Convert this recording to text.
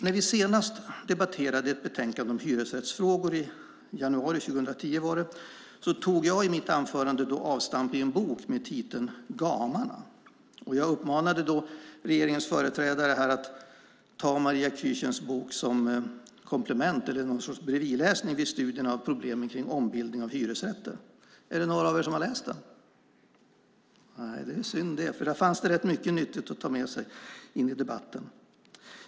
När vi senast debatterade ett betänkande om hyresrättsfrågor i januari 2010 tog jag i mitt anförande avstamp i en bok med titeln Gamarna . Jag uppmanade regeringens företrädare att använda Maria Küchens bok som ett komplement till eller bredvidläsning vid studierna av problemen med ombildning av hyresrätter. Är det någon av er som har läst boken? Nej, det är synd det. Där fanns rätt mycket nyttigt att ta med sig i debatten.